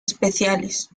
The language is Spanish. especiales